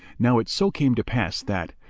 now it so came to pass that,